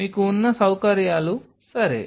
మీకు ఉన్న సౌకర్యాలు సరే